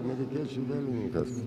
amerikiečių dailininkas